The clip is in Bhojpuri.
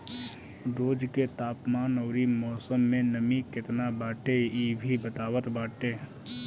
रोज के तापमान अउरी मौसम में नमी केतना बाटे इ भी बतावत बाटे